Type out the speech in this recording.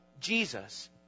Jesus